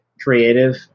creative